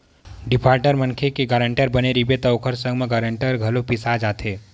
defaulter मनखे के guarantor बने रहिबे त ओखर संग म गारंटर ह घलो पिसा जाथे